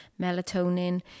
melatonin